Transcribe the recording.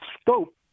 scope